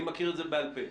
אני מכיר את זה בעל פה.